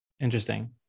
Interesting